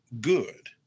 good